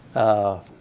of